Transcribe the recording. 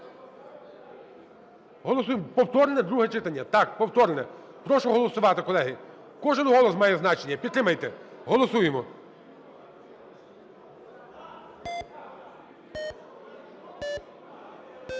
Голосуємо – повторне друге читання, так, повторне. Прошу голосувати, колеги. Кожен голос має значення. Підтримайте. Голосуємо. 14:01:02